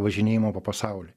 važinėjimo po pasaulį